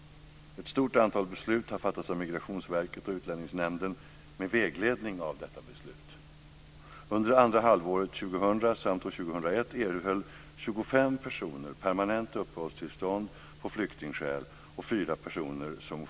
Ett stort antal beslut har fattats av Migrationsverket och Utlänningsnämnden med vägledning av detta beslut.